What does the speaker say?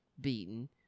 beaten